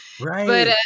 right